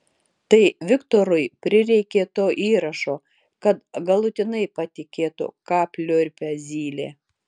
tai viktorui prireikė to įrašo kad galutinai patikėtų ką pliurpia zylė